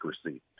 accuracy